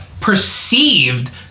perceived